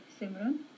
simran